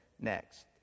next